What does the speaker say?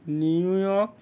New York